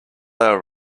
our